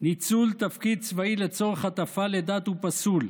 "ניצול תפקיד צבאי לצורך הטפה לדת הוא פסול.